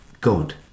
God